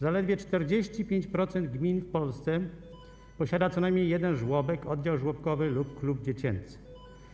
Zaledwie 45% gmin w Polsce posiada co najmniej jeden żłobek, oddział żłobkowy lub klub dziecięcy.